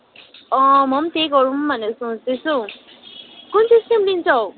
अँ म पनि त्यही गरौँ भनेर सोच्दैछु कुन चाहिँ स्ट्रिम लिन्छौ